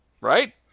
right